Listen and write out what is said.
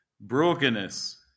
brokenness